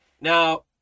now